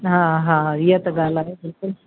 हा हा इहा त ॻाल्हि आहे बिल्कुलु